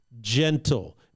gentle